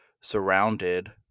surrounded